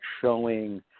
showing